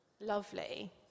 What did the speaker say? Lovely